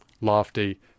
lofty